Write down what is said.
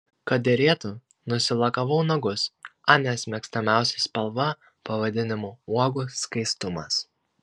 kad derėtų nusilakavau nagus anės mėgstamiausia spalva pavadinimu uogų skaistumas